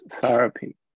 therapy